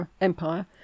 Empire